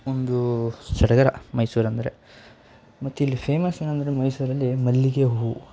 ಒಂದು ಸಡಗರ ಮೈಸೂರಂದರೆ ಮತ್ತಿಲ್ಲಿ ಫೇಮಸ್ ಏನಂದರೆ ಮೈಸೂರಲ್ಲಿ ಮಲ್ಲಿಗೆ ಹೂವು